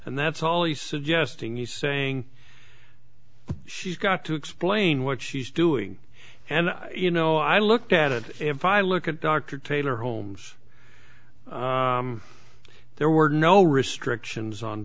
and that's all he's suggesting he's saying she's got to explain what she's doing and you know i looked at it if i look at dr taylor holmes there were no restrictions on